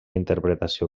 interpretació